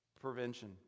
prevention